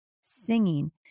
singing